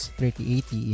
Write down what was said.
3080